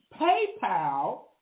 PayPal